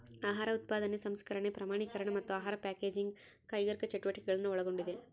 ಆಹಾರ ಉತ್ಪಾದನೆ ಸಂಸ್ಕರಣೆ ಪ್ರಮಾಣೀಕರಣ ಮತ್ತು ಆಹಾರ ಪ್ಯಾಕೇಜಿಂಗ್ ಕೈಗಾರಿಕಾ ಚಟುವಟಿಕೆಗಳನ್ನು ಒಳಗೊಂಡಿದೆ